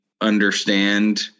understand